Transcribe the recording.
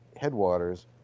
headwaters